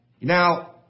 now